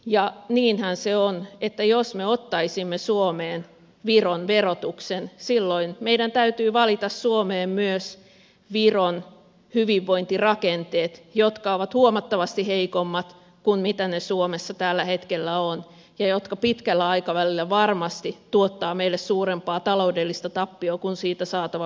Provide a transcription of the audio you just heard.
ja niinhän se on että jos me ottaisimme suomeen viron verotuksen silloin meidän täytyy valita suomeen myös viron hyvinvointirakenteet jotka ovat huomattavasti heikommat kuin ne suomessa tällä hetkellä ovat ja jotka pitkällä aikavälillä varmasti tuottavat meille suurempaa taloudellista tappiota kuin niistä saatava verohyöty